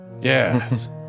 Yes